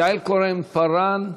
יעל כהן-פארן,